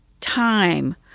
time